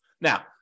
Now